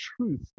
truth